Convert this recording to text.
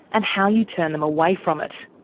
and how you turn them away from it.